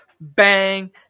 bang